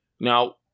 Now